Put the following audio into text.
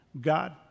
God